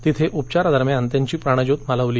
तिथे उपचारांदरम्यान त्यांची प्राणज्योत मालवली